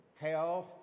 health